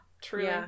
True